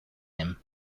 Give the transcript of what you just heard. him